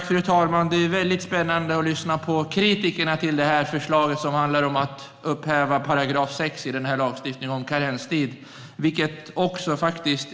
Fru talman! Det är väldigt spännande att lyssna på kritikerna av det här förslaget, som handlar om att upphäva 6 § om karenstid i den här lagstiftningen.